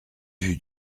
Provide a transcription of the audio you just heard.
vue